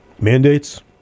mandates